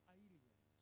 alien